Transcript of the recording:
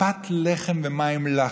בפת לחם ומים לחץ,